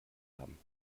haben